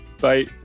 Bye